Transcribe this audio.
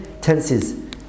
tenses